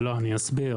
לא, אני אסביר.